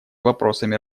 вопросами